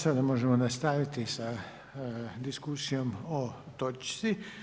Sada možemo nastaviti sa diskusijom o točci.